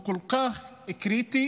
הוא כל כך קריטי,